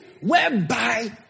whereby